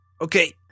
Okay